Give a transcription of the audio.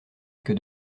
que